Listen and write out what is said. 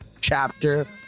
chapter